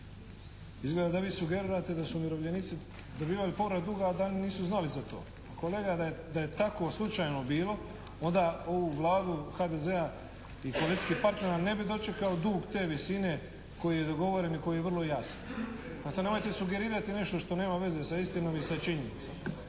Izgleda da vi sugerirate da su umirovljenici dobivali povrat duga, a da nisu znali za to. Kolega, da je tako slučajno bilo onda ovu vladu HDZ-a i koalicijskih partnera ne bi dočekao dug te visine koji je dogovoren i vrlo jasan. Zato nemojte sugerirati nešto što nema veze sa istinom i sa činjenicama.